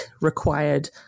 required